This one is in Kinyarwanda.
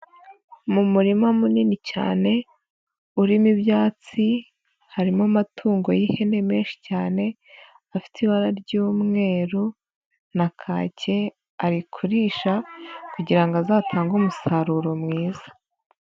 Mu murima munini cyane urimo ibyatsi, harimo amatungo y'ihene menshi cyane, afite ibara ry'umweru na kake, ari kurisha kugira ngo azatange umusaruro mwiza.